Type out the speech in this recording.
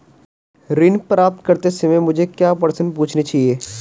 ऋण प्राप्त करते समय मुझे क्या प्रश्न पूछने चाहिए?